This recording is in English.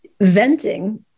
venting